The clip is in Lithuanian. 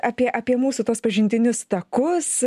apie apie mūsų tuos pažintinius takus